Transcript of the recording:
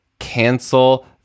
cancel